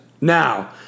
Now